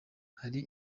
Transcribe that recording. hari